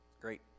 Great